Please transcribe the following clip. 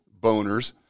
boners